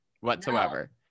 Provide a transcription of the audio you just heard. whatsoever